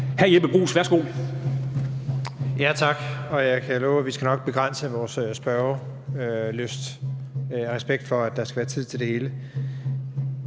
Hr. Jeppe Bruus, værsgo.